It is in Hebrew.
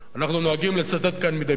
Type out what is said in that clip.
אנחנו נוהגים לצטט כאן מדי פעם